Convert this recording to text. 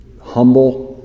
humble